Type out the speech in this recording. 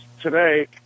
today